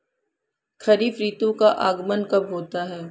खरीफ ऋतु का आगमन कब होता है?